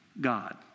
God